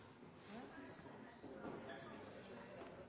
så jeg